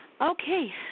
Okay